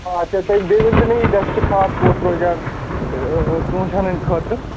آ تیٚلہِ تھٔوِو بیٚیہِ ؤنۍتَو مےٚ یہِ بیسٹہٕ کھاد کۅس روزِ اَز ژوٗنٛٹھیٚن ہِنٛدِ خٲطرٕ